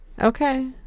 Okay